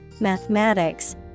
mathematics